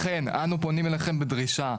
ולכן אנו פונים אליכם בדרישה,